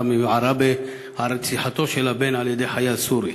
מעראבה על רציחתו של הבן על-ידי חייל סורי.